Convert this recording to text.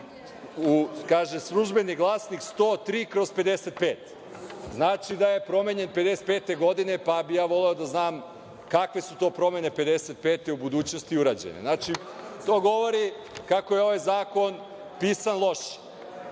i, kaže, „Službeni glasnik“ broj 103/55. Znači da je promenjen 55 godine, pa bih voleo da znam kakve su to promene 55 godine u budućnosti urađene. To govori kako je ovaj zakon pisan loš,